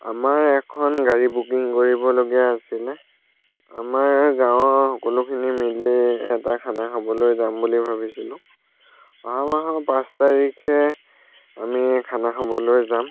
আমাৰ এখন গাড়ী বুকিং কৰিবলগীয়া আছিলে আমাৰ গাঁৱৰ সকলোখিনি মিলি এটা খানা খাবলৈ যাম বুলি ভাবিছিলোঁ অহা মাহৰ পাঁচ তাৰিখে আমি খানা খাবলৈ যাম